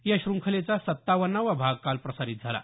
या शृंखलेचा सत्तावन्नावा भाग काल प्रसारित झाला